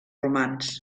romans